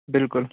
بِلکُل